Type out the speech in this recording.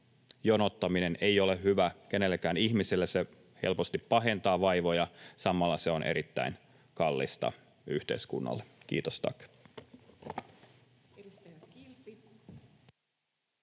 jonottaminen ei ole hyvä kenellekään ihmiselle. Se helposti pahentaa vaivoja. Samalla se on erittäin kallista yhteiskunnalle. — Kiitos,